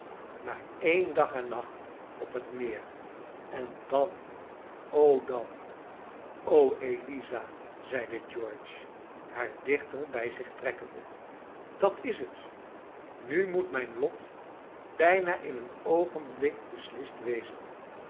maar één dag en nacht op het meer en dan o dan o eliza zeide george haar dichter bij zich trekkende dat is het nu moet mijn lot bijna in een oogenblik beslist wezen